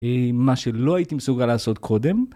מה שלא הייתי מסוגל לעשות קודם.